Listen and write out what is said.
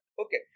Okay